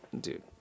Dude